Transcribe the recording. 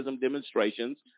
demonstrations